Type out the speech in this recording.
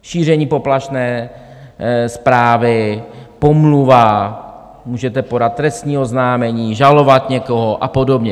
Šíření poplašné zprávy, pomluva, můžete podat trestní oznámení, žalovat někoho a podobně.